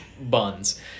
buns